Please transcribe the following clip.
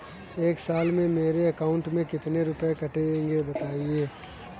एक साल में मेरे अकाउंट से कितने रुपये कटेंगे बताएँ?